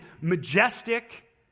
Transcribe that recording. majestic